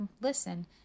listen